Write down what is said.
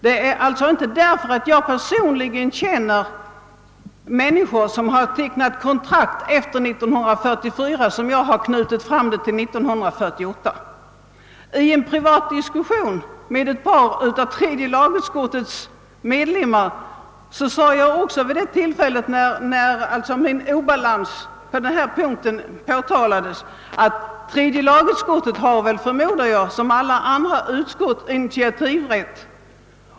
Det är alltså inte därför att jag personligen känner människor som har tecknat kontrakt efter år 1934 som jag har föreslagit en framflyttning till år 1948. I en privat diskussion med ett par av tredje lagutskottets ledamöter framhöll jag, då vid detta tillfälle min obalans på denna punkt påtalades, att tredje lagutskottet förmodligen som alla andra utskott hade initiativrätt.